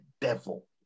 devil